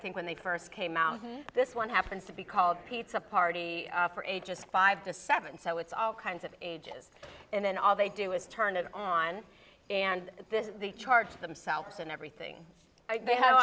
think when they first came out this one happened to be called pizza party for ages five to seven so it's all kinds of ages and then all they do is turn it on and the charge themselves and everything they have